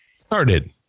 started